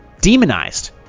demonized